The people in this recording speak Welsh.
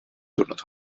diwrnod